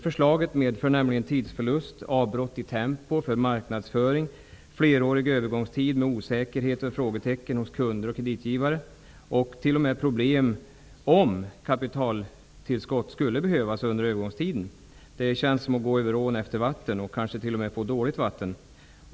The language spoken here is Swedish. Förslaget innebär nämligen tidsförlust, avbrott i tempo för marknadsföring, flerårig övergångstid med osäkerhet och frågetecken hos kunder och kreditgivare och t.o.m. problem om kapitaltillskott skulle behövas under övergångstiden. Det känns som att gå över ån efter vatten, kanske t.o.m. dåligt vatten.